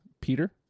Peter